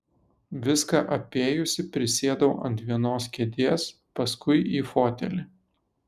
viską apėjusi prisėdau ant vienos kėdės paskui į fotelį